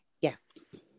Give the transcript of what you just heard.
Yes